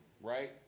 right